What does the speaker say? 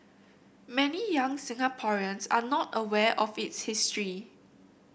many young Singaporeans are not aware of its history